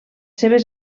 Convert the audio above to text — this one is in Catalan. seves